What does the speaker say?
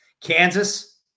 Kansas